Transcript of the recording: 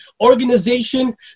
organization